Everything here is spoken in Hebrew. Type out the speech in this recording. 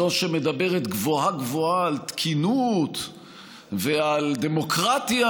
זו שמדברת גבוהה-גבוהה על תקינות ועל דמוקרטיה,